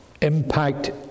impact